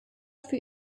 für